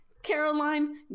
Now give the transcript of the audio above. Caroline